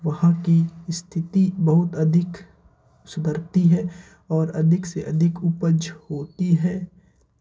वहाँ की स्थिति बहुत अधिक सुधरती है और अधिक से अधिक उपज होती है